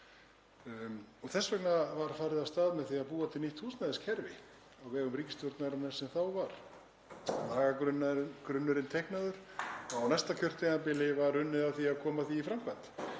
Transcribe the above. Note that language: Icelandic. Þess vegna var farið af stað með að búa til nýtt húsnæðiskerfi á vegum ríkisstjórnarinnar sem þá var, lagagrunnurinn teiknaður og á næsta kjörtímabili var unnið að því að koma því í framkvæmd.